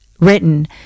written